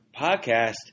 podcast